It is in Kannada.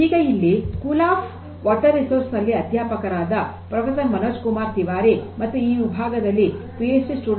ಈಗ ಇಲ್ಲಿ ಸ್ಕೂಲ್ ಆಫ್ ವಾಟರ್ ರಿಸೋರ್ಸಸ್ ನಲ್ಲಿ ಅಧ್ಯಾಪಕರಾದ ಪ್ರೊಫೆಸರ್ ಮನೋಜ್ ಕುಮಾರ್ ತಿವಾರಿ ಮತ್ತು ಈ ವಿಭಾಗದಲ್ಲಿ ಪಿ ಎಚ್ ಡಿ Ph